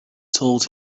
told